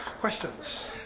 Questions